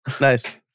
Nice